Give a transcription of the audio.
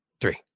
three